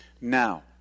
Now